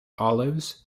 olives